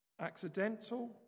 accidental